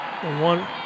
One